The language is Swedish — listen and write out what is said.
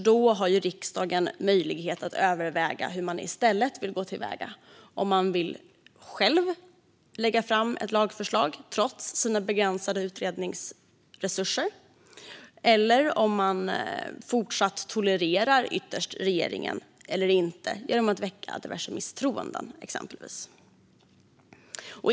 Då har riksdagen möjlighet att överväga hur man i stället vill gå till väga - om man själv vill lägga fram ett lagförslag trots begränsade utredningsresurser eller ytterst, om man inte längre tolererar regeringen, väcka diverse misstroenden.